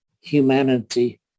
humanity